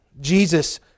Jesus